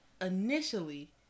initially